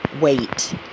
wait